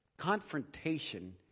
Confrontation